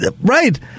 Right